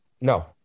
No